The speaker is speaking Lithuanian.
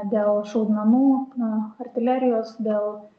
dėl šaudmenų na artilerijos dėl